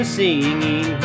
singing